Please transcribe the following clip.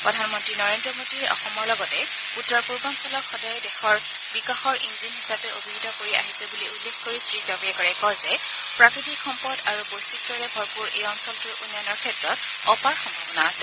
প্ৰধানমন্ত্ৰী নৰেন্দ্ৰী মোদীয়ে অসমৰ লগতে উত্তৰ পূৰ্বাঞ্চলক সদায়ে দেশৰ বিকাশৰ ইঞ্জিন হিচাপে অভিহিত কৰি আহিছে বুলি উল্লেখ কৰি শ্ৰীজাভড়েকাৰে কয় যে প্ৰাকৃতিক সম্পদ আৰু বৈচিত্ৰৰে ভৰপূৰ এই অঞ্চলটোৰ উন্নয়নৰ ক্ষেত্ৰত অপাৰ সম্ভাৱনা আছে